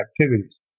activities